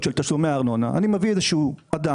של תשלומי ארנונה אני מביא שיפוצניק